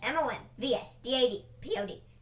M-O-M-V-S-D-A-D-P-O-D